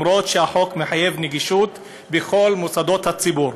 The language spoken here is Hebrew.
אפילו שהחוק מחייב נגישות בכל מוסדות הציבור.